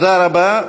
תודה רבה.